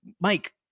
Mike